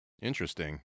Interesting